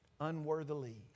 unworthily